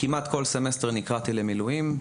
כמעט כל סמסטר נקראתי למילואים,